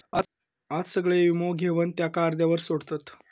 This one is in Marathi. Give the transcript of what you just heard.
आज सगळे वीमो घेवन त्याका अर्ध्यावर सोडतत